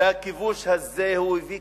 שהכיבוש הזה הביא